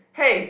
hey